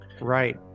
Right